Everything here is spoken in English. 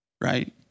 right